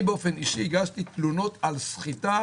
אני באופן אישי הגשתי תלונות על סחיטה